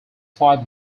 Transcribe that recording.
five